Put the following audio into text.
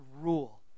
rule